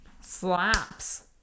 Slaps